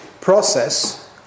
process